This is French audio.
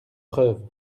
preuves